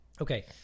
Okay